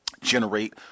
generate